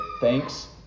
thanks